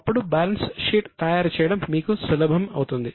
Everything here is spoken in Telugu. అప్పుడు బ్యాలెన్స్ షీట్ తయారు చేయడం మీకు సులభం అవుతుంది